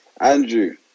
Andrew